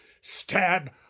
stab